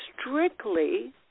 strictly